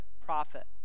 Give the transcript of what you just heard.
prophet